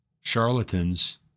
charlatans